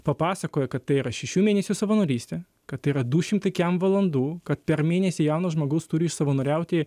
papasakoja kad tai yra šešių mėnesių savanorystė kad tai yra du šimtai kem valandų kad per mėnesį jaunas žmogus turintis išsavanoriauti